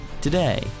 today